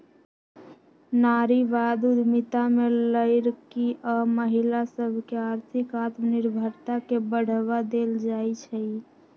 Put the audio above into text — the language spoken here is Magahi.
नारीवाद उद्यमिता में लइरकि आऽ महिला सभके आर्थिक आत्मनिर्भरता के बढ़वा देल जाइ छइ